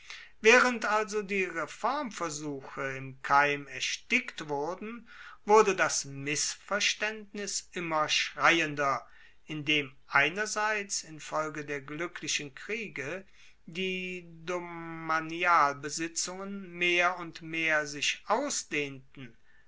waehrend also die reformversuche im keim erstickt wurden wurde das missverstaendnis immer schreiender indem einerseits infolge der gluecklichen kriege die domanialbesitzungen mehr und mehr sich ausdehnten